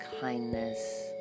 kindness